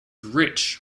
rich